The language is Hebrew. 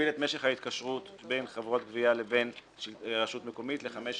משך ההתקשרות בין חברות גבייה לבין רשות מקומית לחמש שנים,